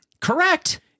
Correct